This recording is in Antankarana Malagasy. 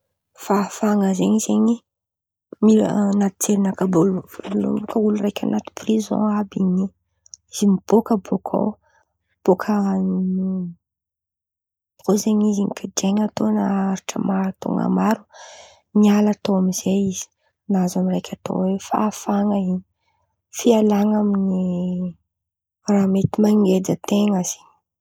Fahafahan̈a zen̈y mila an̈aty jerinakà vônaloan̈y karàha olo araiky an̈aty prizò àby in̈y, izy mibôka bôka ao bôka tao zen̈y izy nigadrain̈y tao naharitra maro taon̈o maro niala tao amy izay izy nahazo amy raiky atao oe fahafahan̈a zen̈y fialan̈a amy ny raha mety mangeja an-ten̈a zen̈y.